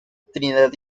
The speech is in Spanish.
trinidad